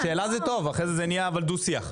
שאלה זה טוב, אבל אחרי זה זה נהיה דו שיח.